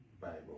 Bible